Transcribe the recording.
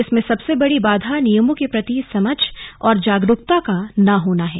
इसमें सबसे बड़ी बाधा नियमों के प्रति समझ और जागरूकता का न होना है